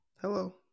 Hello